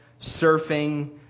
surfing